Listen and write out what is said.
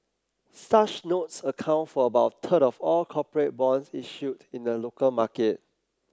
such notes account for about third of all corporate bonds issued in the local market